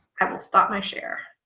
i will stop my share